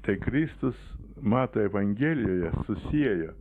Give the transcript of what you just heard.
tai kristus mato evangelijoje susiejo